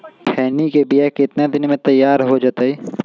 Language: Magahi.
खैनी के बिया कितना दिन मे तैयार हो जताइए?